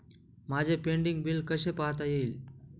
माझे pending bill कसे पाहता येईल?